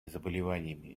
заболеваниями